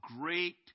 great